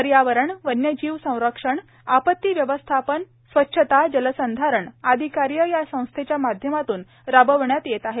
पर्यावरण वन्य जीव संरक्षण आपत्ती व्यवस्थापन स्वच्छता जलसंधारण आदी कार्य या संस्थेच्या माध्यमातून राबविण्यात येत आहेत